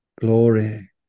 Glory